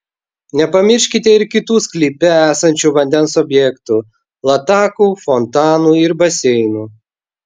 nepamirškite ir kitų sklype esančių vandens objektų latakų fontanų ir baseinų